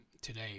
today